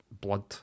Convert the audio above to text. blood